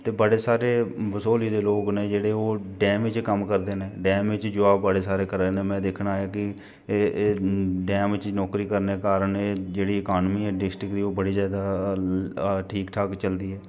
ते बड़े सारे बसोह्ली दे लोग न जेह्ड़े ओह् डैम बिच्च कम्म करदे न डैम बिच्च जाब बड़े सारे करा दे न में दिक्खना कि एह् डैम च नौकरी करने दे कारण एह् जेह्ड़ी इकानमी ऐ डिस्टिक दी ओह् बड़ी ज्यादा ठीक ठाक चलदी ऐ